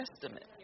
Testament